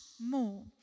more